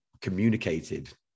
communicated